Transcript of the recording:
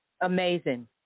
Amazing